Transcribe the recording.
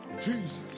Jesus